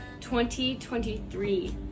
2023